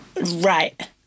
right